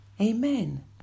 Amen